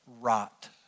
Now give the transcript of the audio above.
rot